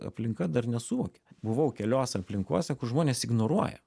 aplinka dar nesuvokia buvau keliose aplinkose kur žmonės ignoruoja